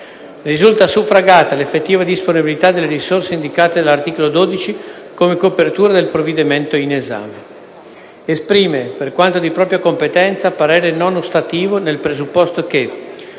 risulta suffragata l’effettiva disponibilita` delle risorse indicate dall’articolo 12 come copertura del provvedimento in esame; esprime, per quanto di propria competenza, parere non ostativo, nel presupposto che: